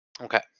Okay